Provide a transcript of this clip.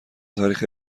تاریخ